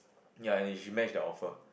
ya you should match their offer